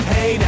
Hey